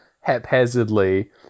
haphazardly